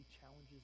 challenges